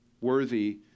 worthy